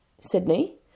Sydney